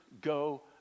go